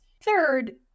Third